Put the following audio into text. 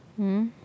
hmm